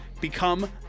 become